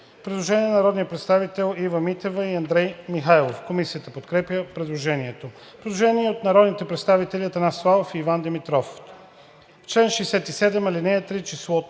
предложение на народните представители Ива Митева и Андрей Михайлов. Комисията подкрепя предложението. Предложение на народните представители Атанас Славов и Иван Димитров: „В чл. 67, ал. 3 числото